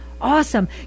awesome